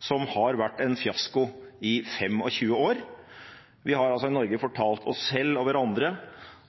som har vært en fiasko i 25 år. Vi i Norge har fortalt oss selv og hverandre